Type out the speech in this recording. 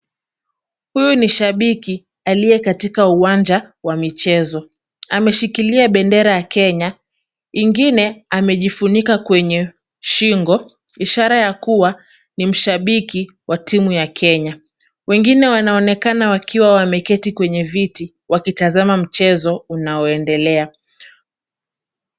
Huyu ni shabiki aliye katika uwanja wa michezo. Ameshikilia bendera ya Kenya ingine amejifunika kwenye shingo, ishara ya kuwa ni mshabiki wa timu ya Kenya. Wengine wanaonekana wakiwa wameketi kwenye viti wakitazama mchezo unaoendelea.